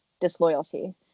disloyalty